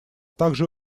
также